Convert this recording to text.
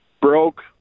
broke